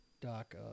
doc